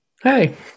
hey